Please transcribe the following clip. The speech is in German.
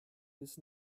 bis